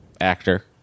actor